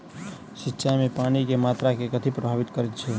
सिंचाई मे पानि केँ मात्रा केँ कथी प्रभावित करैत छै?